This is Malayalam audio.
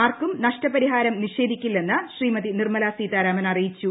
ആർക്കും നഷ്ടപരിഹാരം നിഷേധിക്കില്ലെന്ന് ശ്രീമതി നിർമല സീതാരാ്മൻ അറിയിച്ചു